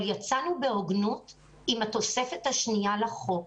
אבל יצאנו בהוגנות עם התוספת השנייה לחוק.